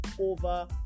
over